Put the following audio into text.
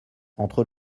entre